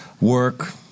Work